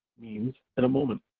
means, in a moment.